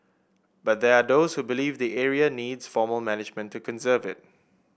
but they are those who believe the area needs formal management to conserve it